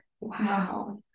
wow